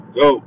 go